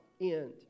end